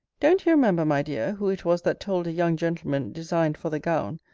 don't you remember, my dear, who it was that told a young gentleman designed for the gown,